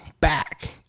back